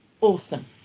awesome